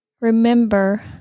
remember